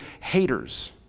haters